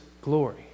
glory